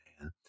man